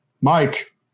Mike